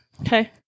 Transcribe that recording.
Okay